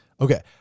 Okay